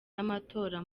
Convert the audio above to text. n’amatora